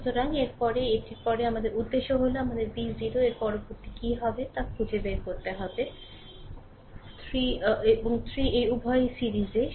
সুতরাং এর পরে এটির পরে আমাদের উদ্দেশ্য হল আমাদের v 0 এর পরবর্তী কী হবে তা খুঁজে বের করতে হবে 3 Ω 3 Ω উভয়ই সিরিজে